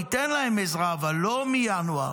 ניתן להם עזרה אבל לא מינואר,